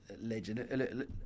legend